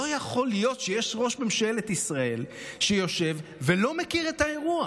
לא יכול להיות שיש ראש ממשלת ישראל שיושב ולא מכיר את האירוע.